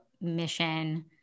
mission